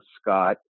Scott